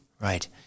right